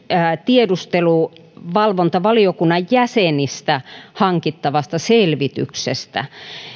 tiedusteluvalvontavaliokunnan jäsenistä hankittavasta selvityksestä on